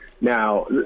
Now